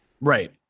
Right